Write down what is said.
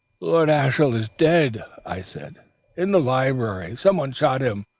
lord ashiel is dead i said in the library. some one shot him.